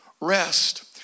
rest